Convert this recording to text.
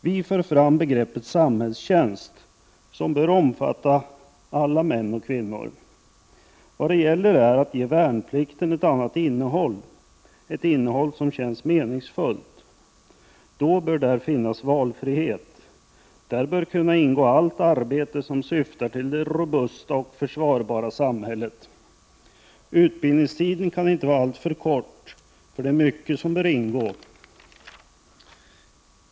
Vi för fram begreppet samhällstjänst, som bör omfatta alla män och kvinnor. Vad det gäller är att ge värnplikten ett annat innehåll — ett innehåll som känns meningsfullt. Då bör där finnas valfrihet. Där bör kunna ingå allt arbete som syftar till det robusta och försvarbara samhället. Utbildningstiden kan inte vara alltför kort, för det är mycket som bör ingå.